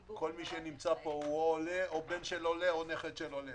כל מי שנמצא פה הוא או עולה או בן עולה או נכד של עולה.